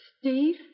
Steve